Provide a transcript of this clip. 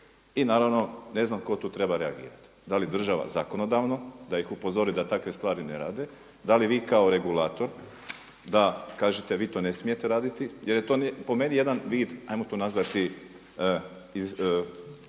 I naravno ne znam tko tu treba reagirati, da li država zakonodavno da ih upozori da takve stvari ne rade, da li vi kao regulator da kažete a vi to ne smijete raditi jer je to po meni jedan vid, ajmo to nazvati